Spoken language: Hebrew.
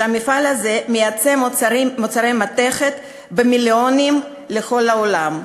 שהמפעל הזה מייצר מוצרי מתכת במיליונים לכל העולם,